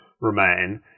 remain